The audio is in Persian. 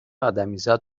ادمیزاد